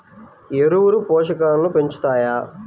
ఎరువులు పోషకాలను పెంచుతాయా?